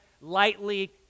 lightly